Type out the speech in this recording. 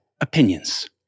opinions